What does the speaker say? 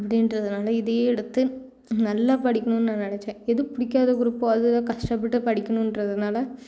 அப்படின்றதுனால இதையே எடுத்து நல்லா படிக்கணும்னு நான் நெனைச்சேன் எது பிடிக்காத குரூப்போ அதை தான் கஷ்டப்பட்டு படிக்கணும்ன்றதுனால நான்